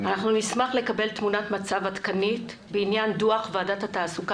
נשמח לקבל תמונת מצב עדכנית בעניין דו"ח ועדת התעסוקה